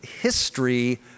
history